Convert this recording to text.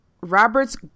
Robert's